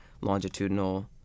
longitudinal